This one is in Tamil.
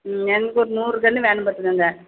ம் எங்களுக்கு ஒரு நூறு கன்று வேணும் பார்த்துக்கோங்க